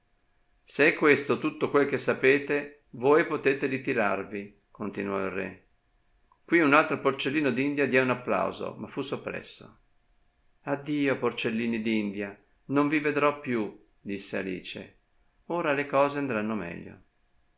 se è questo tutto quel che sapete voi potete ritirarvi continuò il re quì un altro porcellino d'india diè un applauso ma fu soppresso addio porcellini d'india non vi vedrò più disse alice ora le cose andranno meglio